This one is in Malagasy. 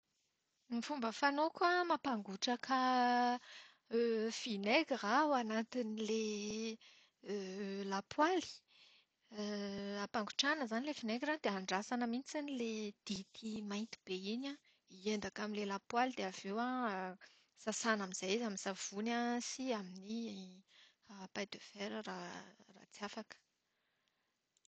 Ny fomba fanaoko an, mampangotraka vinaigira aho ao anatin'ilay lapoaly. Ampangotrahana izany ilay vinaigira dia andrasana mihitsiny ilay dity mainty be iny an hiendaka amin'ilay lapoaly dia avy eo an, sasana amin'izay izy amin'ny savony an sy amin'ny paille de fer raha tsy afaka.